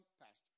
Pastor